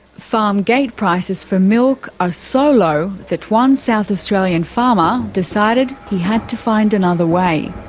farm gate prices for milk are so low that one south australian farmer decided he had to find another way.